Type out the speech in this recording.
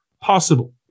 possible